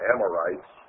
Amorites